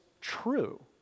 true